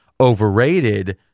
overrated